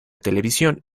televisión